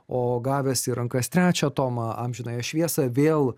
o gavęs į rankas trečią tomą amžinąją šviesą vėl